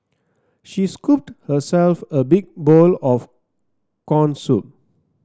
she scooped herself a big bowl of corn soup